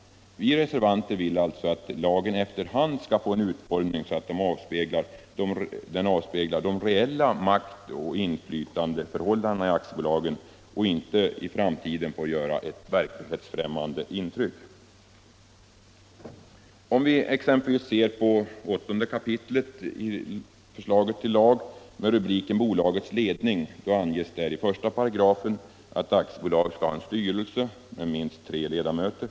Vi reservanter vill att aktiebolagslagen efter hand skall få en sådan utformning att den avspeglar de reella maktoch inflytandeförhållandena i aktiebolagen och inte i framtiden gör ett verklighetsfrämmande intryck. Om vi exempelvis ser på 8 kap. i förslaget till lag med rubriken Bolagets ledning anges där i 13 att aktiebolag skall ha en styrelse med minst tre ledamöter.